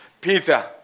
Peter